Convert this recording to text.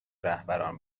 رهبران